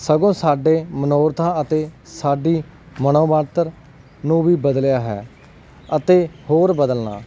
ਸਗੋਂ ਸਾਡੇ ਮਨੋਰਥਾਂ ਅਤੇ ਸਾਡੀ ਮਨੋਬਣਤਰ ਨੂੰ ਵੀ ਬਦਲਿਆ ਹੈ ਅਤੇ ਹੋਰ ਬਦਲਣਾ